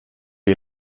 ihr